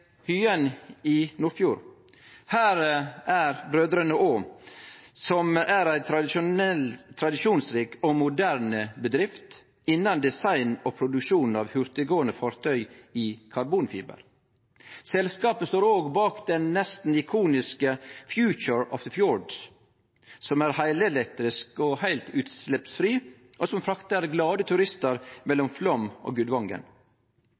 Hyen i Nordfjord. Her er Brødrene Aa, som er ei tradisjonsrik og moderne bedrift innan design og produksjon av hurtiggåande fartøy i karbonfiber. Selskapet står òg bak den nesten ikoniske «Future of The Fjords», som er heilelektrisk og heilt utsleppsfri, og som fraktar glade turistar mellom Flåm og Gudvangen.